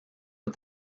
but